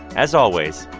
as always,